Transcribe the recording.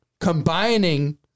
combining